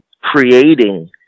creating